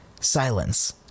silence